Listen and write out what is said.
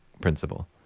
principle